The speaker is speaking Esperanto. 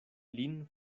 lin